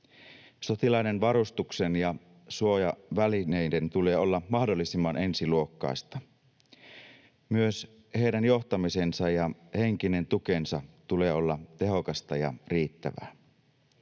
Sotilaiden varustuksen ja suojavälineiden tulee olla mahdollisimman ensiluokkaisia. Myös heidän johtamisensa ja henkisen tukensa tulee olla tehokasta ja riittävää.